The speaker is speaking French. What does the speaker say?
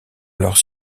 leurs